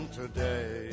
today